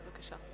בבקשה.